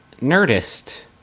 Nerdist